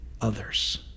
others